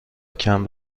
کمپ